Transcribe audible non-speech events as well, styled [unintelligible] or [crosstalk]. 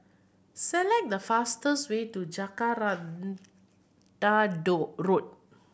select the fastest way to Jacaranda [unintelligible] Road